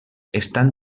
estan